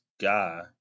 guy